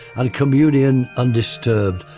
and communion undisturbed.